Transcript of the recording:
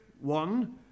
one